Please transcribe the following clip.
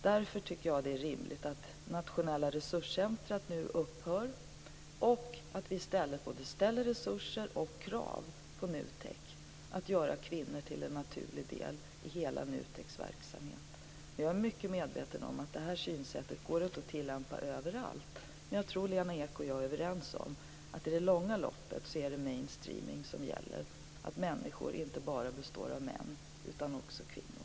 Därför tycker jag att det är rimligt att nationella resurscentrum nu upphör och att vi i stället ställer både resurser till förfogande och krav på krav på NUTEK att göra kvinnor till en naturlig del i hela NUTEK:s verksamhet. Jag är mycket medveten om att det här synsättet inte går att tillämpa överallt, men jag tror att Lena Ek och jag är överens om att det i det långa loppet är mainstreaming som gäller: Människor består inte bara av män utan också av kvinnor.